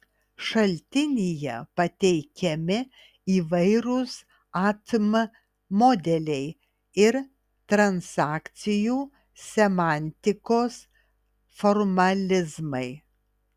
šaltinyje pateikiami įvairūs atm modeliai ir transakcijų semantikos formalizmai